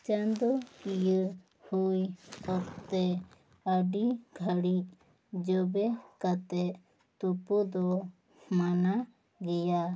ᱪᱟᱸᱫᱳ ᱠᱤᱭᱟᱹ ᱦᱩᱭ ᱚᱠᱛᱮ ᱟᱹᱰᱤ ᱜᱷᱟᱹᱲᱤᱜ ᱡᱚᱵᱮ ᱠᱟᱛᱮᱜ ᱛᱳᱯᱳ ᱫᱚ ᱢᱟᱱᱟ ᱜᱤᱭᱟ